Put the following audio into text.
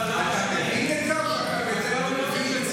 אתה מבין את זה, או שגם את זה אתה לא מבין?